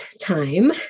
time